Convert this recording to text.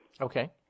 Okay